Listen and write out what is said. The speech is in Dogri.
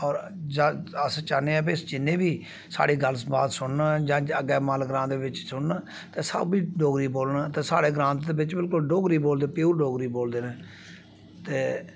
होर अस चाह्न्ने आं कि जिन्ने बी साढ़ी गल्ल बात सुनन जां अग्गे मल ग्रांऽ दे बिच्च सुनन ते सब डोगरी बोलन ते साढ़े ग्रांऽ दे बिच्च बिल्कुल डोगरी बोलदे प्योर डोगरी बोलदे न ते